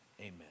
amen